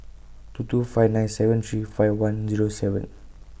two two five nine seven three five one Zero seven